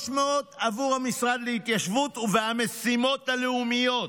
300 מיליון שקלים עבור המשרד להתיישבות והמשימות הלאומיות.